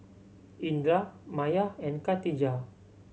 Indra Maya and Katijah